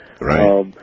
Right